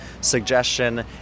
suggestion